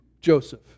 Joseph